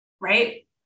Right